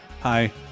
Hi